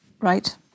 Right